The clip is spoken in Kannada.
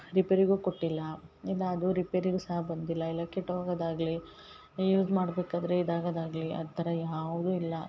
ರಿಪೇರಿಗು ಕೊಟ್ಟಿಲ್ಲ ಇಲ್ಲ ಅದು ರಿಪೇರಿಗು ಸಾ ಬಂದಿಲ್ಲ ಎಲ್ಲೊ ಕೆಟ್ಟು ಹೋಗದು ಆಗಲಿ ಯೂಸ್ ಮಾಡ್ಬೇಕಾದರೆ ಇದಾಗದು ಆಗಲಿ ಆ ಥರ ಯಾವುದು ಇಲ್ಲ